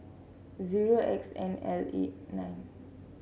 zero X N L eight nine